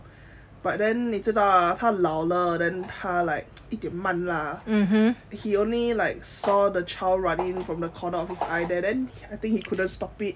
but then 他老了 then 他 like 一点慢 lah he only like saw the child running from the corner of his eye there then I think he couldn't stop it